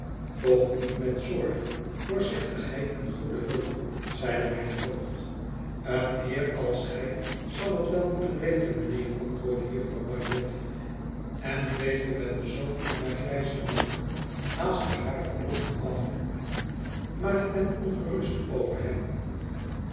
toch niet met zorg voorzichtigheid en goede hulp zeide mijn voogd een heer als gij zal het wel moeten weten mijnheer antwoordde jufvrouw bagnet en veegde met den zoom van haar grijzen mantel haastig hare oogen af maar ik ben ongerust voor hem